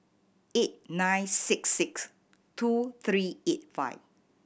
eight nine six six two three eight five